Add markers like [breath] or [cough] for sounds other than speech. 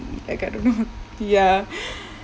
like I don't know ya [breath]